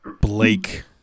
Blake